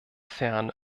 ferne